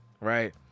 right